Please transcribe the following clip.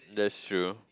that's true